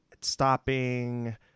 stopping